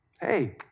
hey